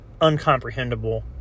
uncomprehendable